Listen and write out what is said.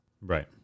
Right